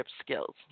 skills